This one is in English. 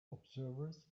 observers